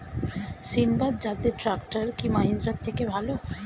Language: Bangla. সিণবাদ জাতের ট্রাকটার কি মহিন্দ্রার থেকে ভালো?